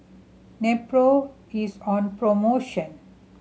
Nepro is on promotion